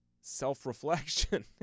self-reflection